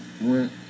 went